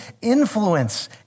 influence